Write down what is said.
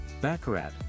Baccarat